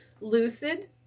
lucid